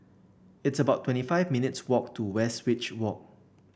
it's about twenty five minutes' walk to Westridge Walk